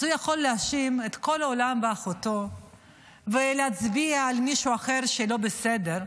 אז הוא יכול להאשים את כל העולם ואחותו ולהצביע על מישהו אחר שלא בסדר.